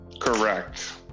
Correct